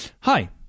hi